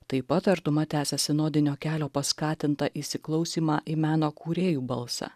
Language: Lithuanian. taip pat artuma tęsia sinodinio kelio paskatintą įsiklausymą į meno kūrėjų balsą